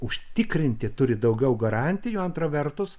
užtikrinti turi daugiau garantijų antra vertus